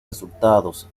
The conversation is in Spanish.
resultados